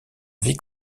vie